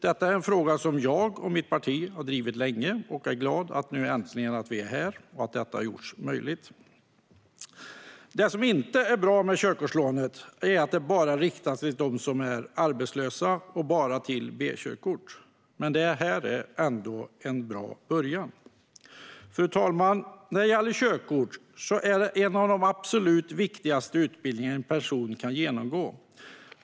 Detta är en fråga som jag och mitt parti har drivit länge, och jag är glad att vi nu äntligen är här och att detta har gjorts möjligt. Det som inte är bra med körkortslånet är att det bara riktas till dem som är arbetslösa och bara avser B-körkort. Men det är ändå en bra början. Fru talman! Körkortsutbildningen är en av de absolut viktigaste utbildningar en person kan genomgå.